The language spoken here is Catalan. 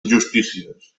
injustícies